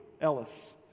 Ellis